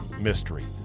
mystery